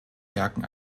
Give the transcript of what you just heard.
werken